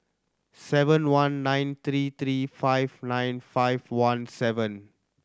seven one nine three three five nine five one seven